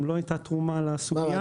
גם לו הייתה תרומה לסוגיה.